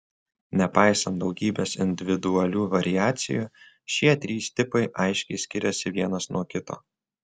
nepaisant daugybės individualių variacijų šie trys tipai aiškiai skiriasi vienas nuo kito